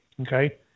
Okay